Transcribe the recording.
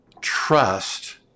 trust